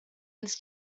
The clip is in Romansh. ils